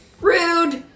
Rude